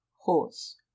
horse